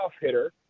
hitter